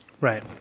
Right